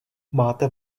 máte